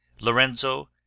lorenzo